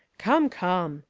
come, come,